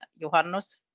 Johannes